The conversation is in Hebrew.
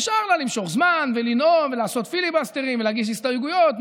נשאר לה למשוך זמן ולנאום ולעשות פיליבסטרים ולהגיש הסתייגויות,